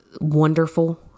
wonderful